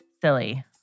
silly